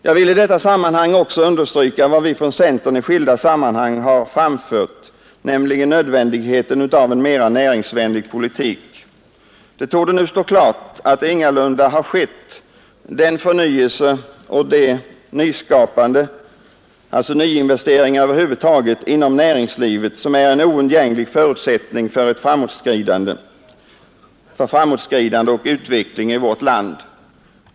Jag vill i detta sammanhang också understryka vad vi från centern i skilda sammanhang har framfört, nämligen nödvändigheten av en mer näringsvänlig politik. Det torde nu stå klart att den förnyelse och det nyskapande — alltså nyinvesteringar över huvud taget — ingalunda har skett som är en oundgänglig förutsättning för framåtskridande och utveckling i vårt land.